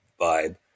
vibe